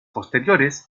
posteriores